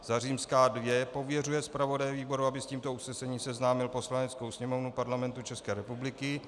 II. pověřuje zpravodaje výboru, aby s tímto usnesením seznámil Poslaneckou sněmovnu Parlamentu České republiky;